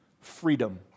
Freedom